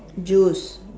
juice